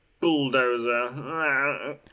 bulldozer